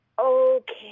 Okay